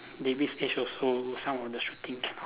they this age also some of the shooting cannot